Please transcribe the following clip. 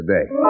today